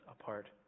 apart